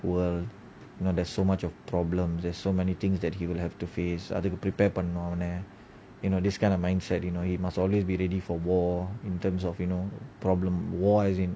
world know there's so much of problems there's so many things that he will have to face அதுக்கு:athuku prepare பண்ணனும்னு:pannanumnu you know this kind of mindset you know he must always be ready for war in terms of you know problems war as in